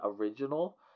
original